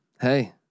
hey